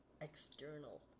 external